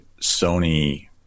Sony